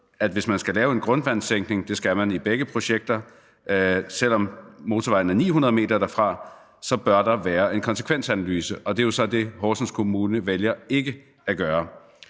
at hvis man skal lave en grundvandssænkning, og det skal man i begge projekter, selv om motorvejen er 900 m derfra, så bør der være lavet en konsekvensanalyse. Og det er jo så det, Horsens Kommune vælger ikke at gøre.